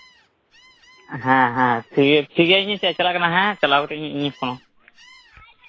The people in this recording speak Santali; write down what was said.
ᱦᱮᱸ ᱦᱮᱸ ᱴᱷᱤᱠ ᱜᱮᱭᱟ ᱤᱧᱤᱧ ᱪᱟᱞᱟᱜ ᱠᱟᱱᱟ ᱦᱮᱸ ᱪᱟᱞᱟᱣ ᱠᱟᱛᱮᱜ ᱤᱧᱤᱧ ᱯᱷᱳᱱᱟᱢᱟ